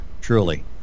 Truly